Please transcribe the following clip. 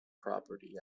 property